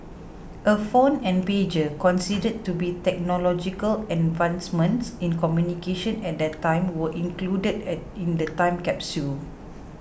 a phone and pager considered to be technological advancements in communication at that time were included at the in the time capsule